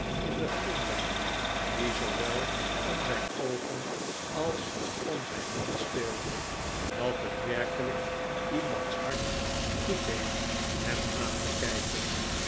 in den glimlach die zoowel om zijn oogen als om zijn mond speelde dat het werkelijk iemands hart goed deed hem aan te kijken